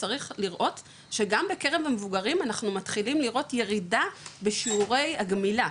צריך לראות שגם בקרב המבוגרים אנחנו נתחיל לראות ירידה בשיעורי הגמילה,